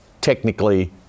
technically